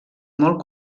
molt